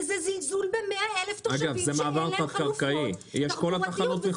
וזה זלזול ב-100,000 תושבים שאין להם חלופות תחבורתיות -- אגב,